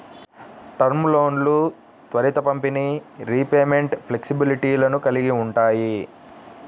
term లోన్లు త్వరిత పంపిణీ, రీపేమెంట్ ఫ్లెక్సిబిలిటీలను కలిగి ఉంటాయి